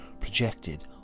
projected